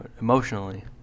emotionally